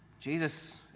Jesus